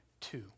two